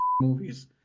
movies